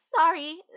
Sorry